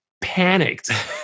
panicked